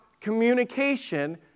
communication